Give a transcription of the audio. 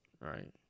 right